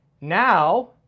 Now